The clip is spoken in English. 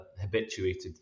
habituated